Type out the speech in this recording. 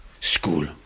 school